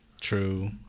True